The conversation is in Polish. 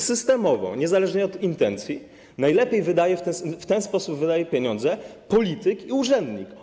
Systemowo, niezależnie od intencji najlepiej w ten sposób wydaje pieniądze polityk i urzędnik.